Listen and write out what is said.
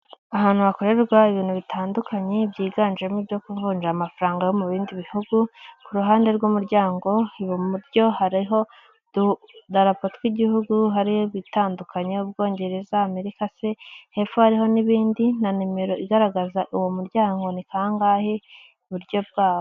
Ahantu hakorerwa ibintu bitandukanye byiganjemo ibyo kuvunja amafaranga yo mu bindi bihugu, ku ruhande rw'umuryango iburyo hariho utudarapo tw'igihugu, hari ibitandukanye Ubwongereza, Amerika se, hepfo hariho n'ibindi na nimero igaragaza uwo muryango ni kangahe iburyo bwabo.